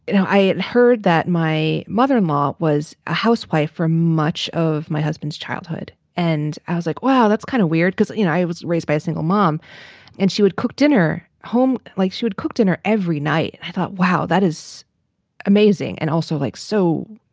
you know i heard that my mother in law was a housewife for much of my husband's childhood. and i was like, wow, that's kind of weird because, you know, i was raised by a single mom and she would cook dinner home like she would cook dinner every night. i thought, wow, that is amazing. and also, like, so.